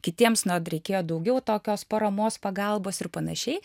kitiems na reikėjo daugiau tokios paramos pagalbos ir panašiai